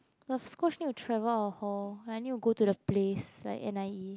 of course need to travel out of hall I need to go to the place like N_I_E